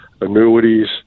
annuities